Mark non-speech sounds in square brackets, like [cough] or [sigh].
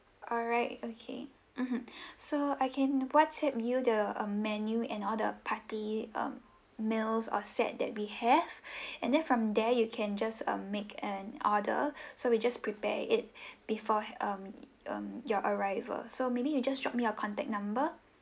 alright okay mmhmm [breath] so I can WhatsApp you the um menu and all the party um meals or set that we have [breath] and then from there you can just um make an order [breath] so we just prepare it [breath] before um um your arrival so maybe you just drop me your contact number